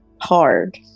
hard